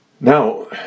Now